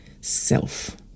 self